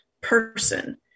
person